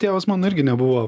tėvas mano irgi nebuvo